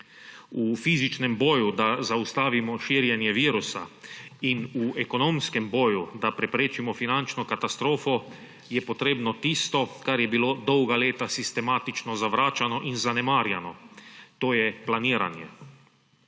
V fizičnem boju, da zaustavimo širjenje virusa, in v ekonomskem boju, da preprečimo finančno katastrofo, je potrebno tisto, kar je bilo dolga leta sistematično zavračano in zanemarjeno, to je planiranje.